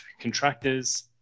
contractors